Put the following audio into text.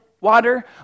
water